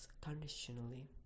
conditionally